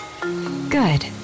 Good